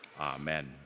Amen